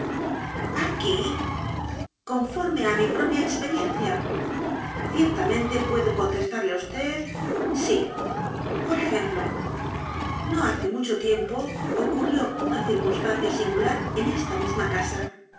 locura aquí conforme á mi propia experiencia ciertamente puedo contestarle á vd sí por ejemplo no hace mucho tiempo ocurrió una circunstancia singular en esta misma casa